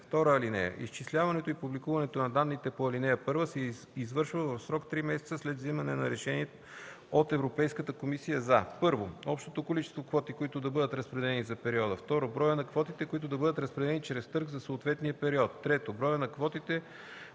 № 2. (2) Изчисляването и публикуването на данните по ал. 1 се извършва в срок три месеца след вземането на решение от Европейската комисия за: 1. общото количество квоти, които да бъдат разпределени за периода; 2. броя на квотите, които да бъдат разпределени чрез търг за съответния период; 3. броя на квотите